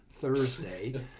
Thursday